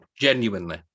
genuinely